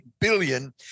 billion